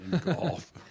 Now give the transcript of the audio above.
Golf